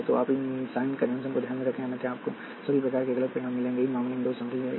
तो आप sign convention को ध्यान में रखें अन्यथा आपको सभी प्रकार के गलत परिणाम मिलेंगे इस मामले में दो शब्द हैं